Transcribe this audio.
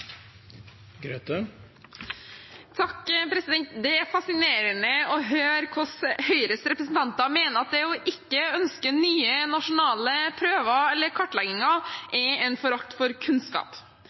Det er fascinerende å hvordan Høyres representanter mener at ikke å ønske nye nasjonale prøver eller kartlegginger